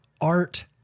art